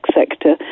sector